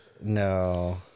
no